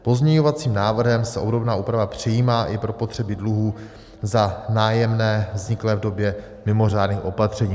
Pozměňovacím návrhem se obdobná úprava přijímá i pro potřebu dluhů za nájemné vzniklé v době mimořádných opatření.